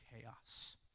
chaos